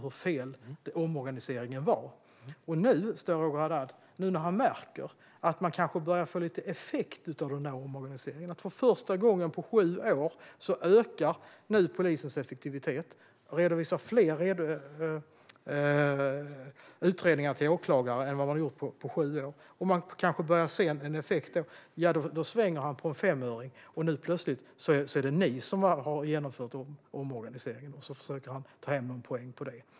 Nu när Roger Haddad märker att man kanske börjar få lite effekt av den här omorganiseringen och polisens effektivitet mätt i antal utredningar som redovisas till åklagare ökar för första gången på sju år, då vänder han på en femöring. Nu är det plötsligt ni som har genomfört omorganiseringen, och så försöker Roger Haddad ta hem en poäng på det.